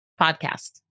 Podcast